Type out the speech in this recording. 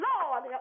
Lord